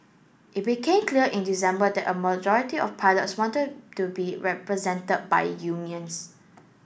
it became clear in December that a majority of pilots wanted to be represented by unions